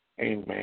Amen